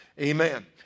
Amen